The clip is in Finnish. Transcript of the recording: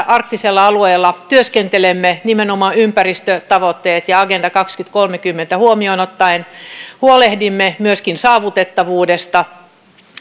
arktisella alueella työskentelemme nimenomaan ympäristötavoitteet ja agenda kaksituhattakolmekymmentä huomioon ottaen huolehdimme myöskin saavutettavuudesta